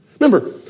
Remember